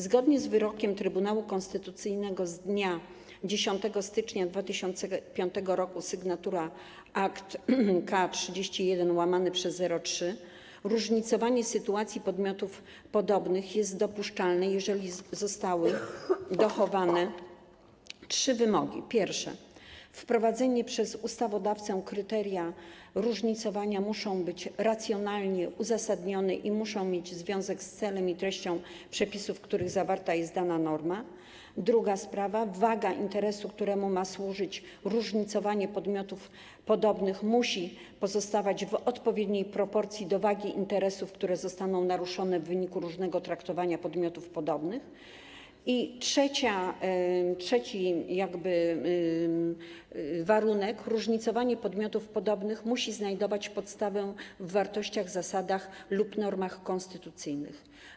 Zgodnie z wyrokiem Trybunału Konstytucyjnego z dnia 10 stycznia 2005 r. - sygnatura akt K 31/03 - różnicowanie sytuacji podmiotów podobnych jest dopuszczalne, jeżeli zostały dochowane trzy wymogi: po pierwsze, wprowadzone przez ustawodawcę kryteria różnicowania muszą być racjonalnie uzasadnione i muszą mieć związek z celem i treścią przepisów, w których zawarta jest dana norma, po drugie, waga interesu, któremu ma służyć różnicowanie podmiotów podobnych, musi pozostawać w odpowiedniej proporcji do wagi interesów, które zostaną naruszone w wyniku różnego traktowania podmiotów podobnych, i po trzecie, różnicowanie podmiotów podobnych musi znajdować podstawę w wartościach, zasadach lub normach konstytucyjnych.